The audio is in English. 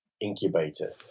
incubator